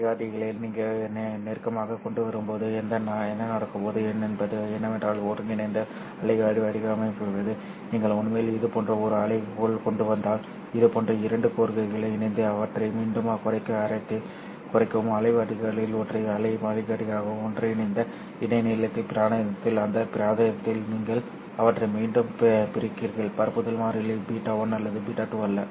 இந்த அலை வழிகாட்டிகளை நீங்கள் நெருக்கமாகக் கொண்டுவரும்போது என்ன நடக்கும் என்பது என்னவென்றால் ஒருங்கிணைந்த அலை வழிகாட்டி அமைப்புக்கு நீங்கள் உண்மையில் இதுபோன்ற ஒரு அலைக்குள் கொண்டு வந்தால் இது போன்ற இரண்டு கோர்களையும் இணைத்து அவற்றை மீண்டும் குறைக்க அர்த்தத்தில் குறைக்கவும் அலை வழிகாட்டிகள் ஒற்றை அலை வழிகாட்டியாக ஒன்றிணைந்த இடைநிலை பிராந்தியத்தில் இந்த பிராந்தியத்தில் நீங்கள் அவற்றை மீண்டும் பிரிக்கிறீர்கள் பரப்புதல் மாறிலி β1 அல்லது β2 அல்ல